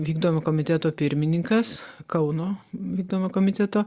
vykdomo komiteto pirmininkas kauno vykdomojo komiteto